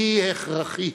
היא הכרחית.